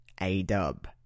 A-dub